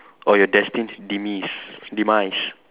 or your destined demise demise